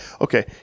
okay